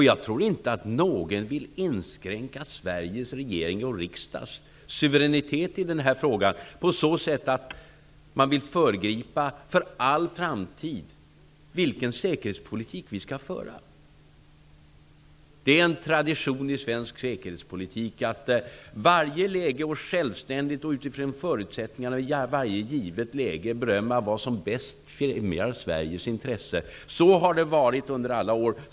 Jag tror inte att någon vill inskränka Sveriges regerings och riksdags suveränitet i denna fråga på så sätt att man för all framtid vill föregripa vilken säkerhetspolitik vi skall föra. Det är en tradition i svensk säkerhetspolitik att vi i varje givet läge, utifrån förutsättningarna, självständigt bedömer vad som bäst främjar Sveriges intresse. Så har det varit under alla år.